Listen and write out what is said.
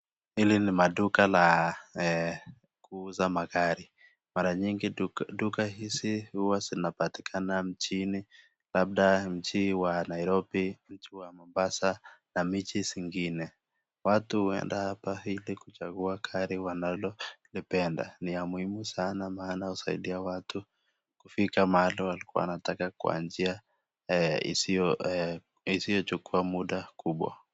Hili ni maduka la kuuza magari. Mara nyingi duka hizi huwa zinapatikana mjini labda mji wa Nairobi, mji wa Mombasa na miji zingine. Watu uenda hapa ili kuchagua gari wanalolipenda. Ni ya muhimu sana maana husaidia watu kufika mahali walikuwa wanataka kwa njia isiyochukua muda kubwa.